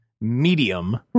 medium